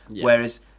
Whereas